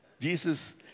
Jesus